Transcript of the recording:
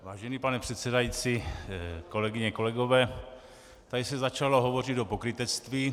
Vážený pane předsedající, kolegyně, kolegové, tady se začalo hovořit o pokrytectví.